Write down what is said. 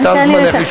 תם זמנך.